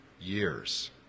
Years